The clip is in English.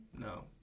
No